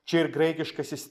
čia ir graikiškasis